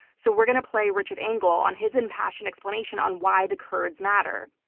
so we're going to play richard engel on his impassioned explanation on why the kurds matter.